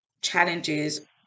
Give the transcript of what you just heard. challenges